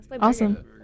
Awesome